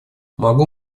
могу